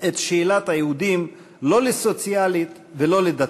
את שאלת היהודים לא לסוציאלית ולא לדתית,